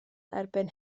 erbyn